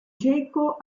geco